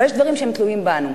אבל יש דברים שהם תלויים בנו,